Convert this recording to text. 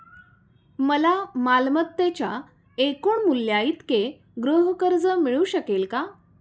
मला मालमत्तेच्या एकूण मूल्याइतके गृहकर्ज मिळू शकेल का?